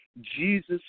Jesus